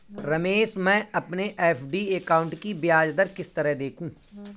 रमेश मैं अपने FD account की ब्याज दर किस तरह देखूं?